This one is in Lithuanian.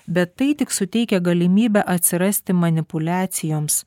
bet tai tik suteikia galimybę atsirasti manipuliacijoms